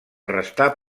restar